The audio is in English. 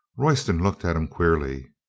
royston looked at him queerly.